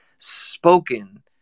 spoken